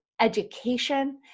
education